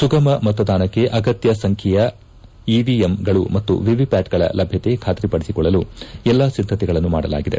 ಸುಗಮ ಮತದಾನಕ್ಕೆ ಅಗತ್ಯ ಸಂಖ್ಯೆಯ ಇವಿಎಂಗಳು ಮತ್ತು ವಿವಿವ್ಯಾಟ್ಗಳ ಲಭ್ಯತೆ ಖಾತ್ರಿಪಡಿಸಿಕೊಳ್ಳಲು ಎಲ್ಲಾ ಸಿದ್ದತೆಗಳನ್ನು ಮಾಡಲಾಗಿದೆ